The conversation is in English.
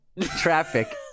Traffic